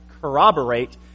corroborate